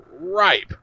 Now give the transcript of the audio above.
ripe